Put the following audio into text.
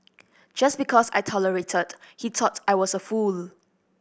just because I tolerated he thought I was a fool